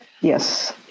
Yes